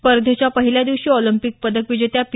स्पर्धेच्या पहिल्या दिवशी ऑलिंपिक पदक विजेत्या पी